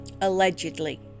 allegedly